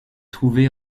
trouvée